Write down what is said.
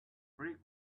rick